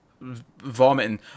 vomiting